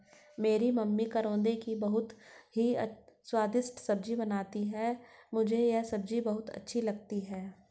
मेरी मम्मी करौंदे की बहुत ही स्वादिष्ट सब्जी बनाती हैं मुझे यह सब्जी बहुत अच्छी लगती है